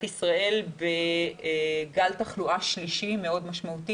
ישראל בגל תחלואה שלישי משמעותי מאוד.